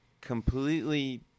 completely